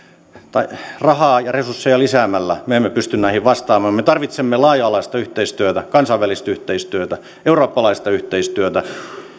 rahaa ja resursseja lisäämällä me emme pysty näihin vastaamaan me tarvitsemme laaja alaista yhteistyötä kansainvälistä yhteistyötä eurooppalaista yhteistyötä